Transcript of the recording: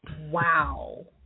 Wow